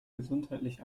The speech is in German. gesundheitlich